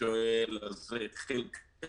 --- חלקם